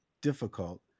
Difficult